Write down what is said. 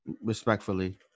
Respectfully